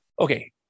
Okay